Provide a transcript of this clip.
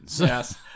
Yes